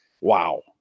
wow